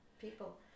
people